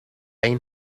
این